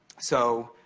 so,